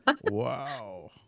wow